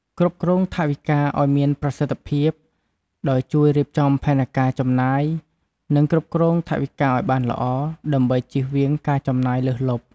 គ្រប់គ្រងថវិកាឲ្យមានប្រសិទ្ធភាពដោយ ជួយរៀបចំផែនការចំណាយ និងគ្រប់គ្រងថវិកាឲ្យបានល្អ ដើម្បីចៀសវាងការចំណាយលើសលុប។